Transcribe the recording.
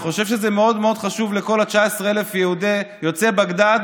אני חושב שזה מאוד מאוד חשוב לכל 19,000 היהודים יוצאי בגדד